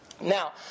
Now